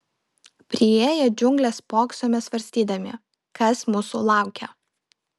priėję džiungles spoksome svarstydami kas mūsų laukia